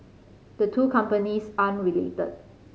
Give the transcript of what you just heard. the two companies aren't related